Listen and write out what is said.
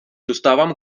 dostávám